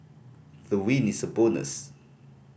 the win is a bonus